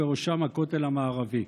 ובראשם הכותל המערבי,